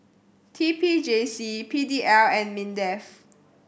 T P J C P D L and MINDEF